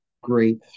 great